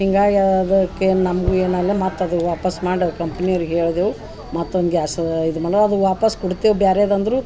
ಹಿಂಗಾಯ ಅದಕ್ಕೆ ನಮ್ಗು ಏನಾಯ್ಲ ಮತ್ತೆ ಅದು ವಾಪಸ್ ಮಾಡೊ ಕಂಪ್ನಿ ಅವ್ರಿಗೆ ಹೇಳ್ದೆವು ಮತ್ತೊಂದು ಗ್ಯಾಸ ಇದು ಮಾಡಿ ಅದು ವಾಪಸ್ಸು ಕೊಡ್ತೇವೆ ಬ್ಯಾರೆದ ಅಂದ್ರು